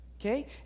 okay